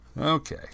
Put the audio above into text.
Okay